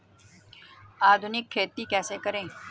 आधुनिक खेती कैसे करें?